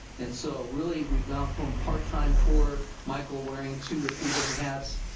and so really we've gone from part-time, poor michael wearing two or three different hats,